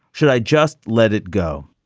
should i just let it go?